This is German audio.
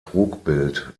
trugbild